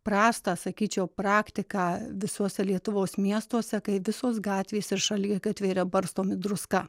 prastą sakyčiau praktiką visuose lietuvos miestuose kai visos gatvės ir šaligatviai yra barstomi druska